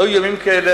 היו ימים כאלה,